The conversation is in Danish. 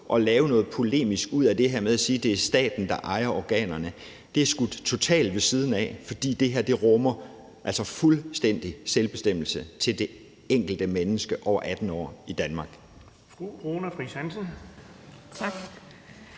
at lave noget polemisk ud af det her ved at sige, at det er staten, der ejer organerne, skyder totalt ved siden af, for det her rummer fuldstændig selvbestemmelse til det enkelte menneske over 18 år i Danmark.